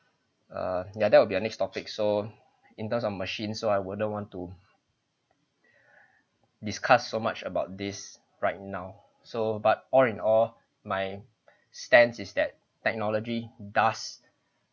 err ya that will be our next topic so in terms of machine so I wouldn't want to discuss so much about this right now so but all in all my stance is that technology does